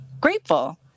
grateful